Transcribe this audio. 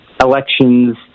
elections